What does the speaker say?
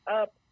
up